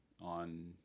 on